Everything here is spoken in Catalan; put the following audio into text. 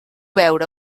veure